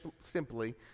simply